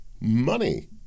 Money